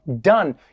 done